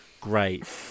great